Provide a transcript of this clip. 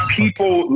people